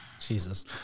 Jesus